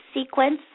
sequence